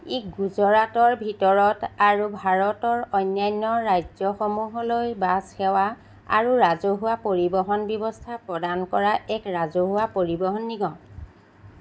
ই গুজৰাটৰ ভিতৰত আৰু ভাৰতৰ অন্যান্য ৰাজ্যসমূহলৈ বাছ সেৱা আৰু ৰাজহুৱা পৰিৱহণ ব্যৱস্থা প্ৰদান কৰা এক ৰাজহুৱা পৰিৱহণ নিগম